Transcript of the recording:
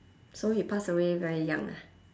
so he pass away very young ah